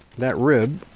that rib